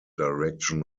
direction